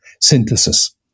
synthesis